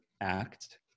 ACT